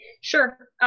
sure